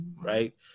Right